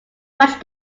much